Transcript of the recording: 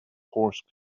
horse